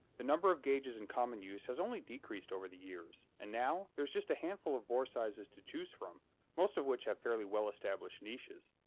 the number of gauges in common use has only decreased over the years, and now, there's just a handful of bore sizes to chose from most of which have fairly well-established niches.